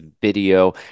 video